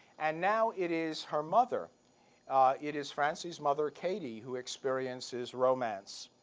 and now it is her mother it is france's mother katie who experiences romance.